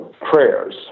prayers